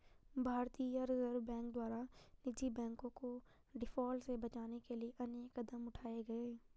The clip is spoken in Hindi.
भारतीय रिजर्व बैंक द्वारा निजी बैंकों को डिफॉल्ट से बचाने के लिए अनेक कदम उठाए गए